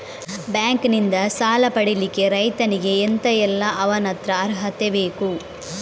Bank ನಿಂದ ಸಾಲ ಪಡಿಲಿಕ್ಕೆ ರೈತನಿಗೆ ಎಂತ ಎಲ್ಲಾ ಅವನತ್ರ ಅರ್ಹತೆ ಬೇಕು?